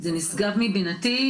זה נשגב מבינתי.